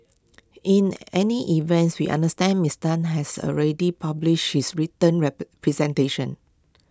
in any events we understand Mister Tan has already published his written representation